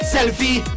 Selfie